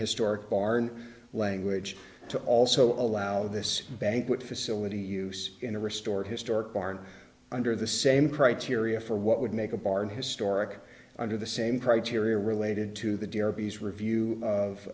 historic barn language to also allow this banquet facility use in a restored historic barn under the same criteria for what would make a barn historic under the same criteria related to the derby's review